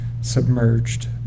submerged